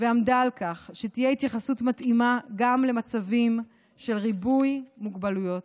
ועמדה על כך שתהיה התייחסות מתאימה גם למצבים של ריבוי מוגבלויות.